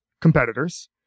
competitors